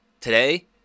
Today